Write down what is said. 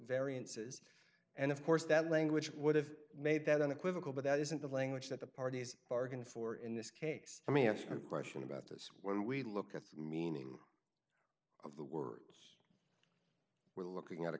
variances and of course that language would have made that unequivocal but that isn't the language that the parties bargained for in this case i mean answer a question about this when we look at the meaning of the words we're looking at a